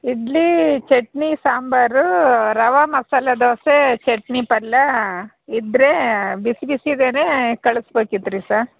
ಇಡ್ಲಿ ಚಟ್ನಿ ಸಾಂಬಾರು ರವಾ ಮಸಾಲೆ ದೋಸೆ ಚಟ್ನಿ ಪಲ್ಯ ಇದ್ದರೆ ಬಿಸಿ ಬಿಸಿ ಬೇರೆ ಕಳ್ಸ್ಬೇಕಿತ್ತು ರೀ ಸಾ